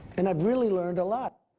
and i've really learned a lot.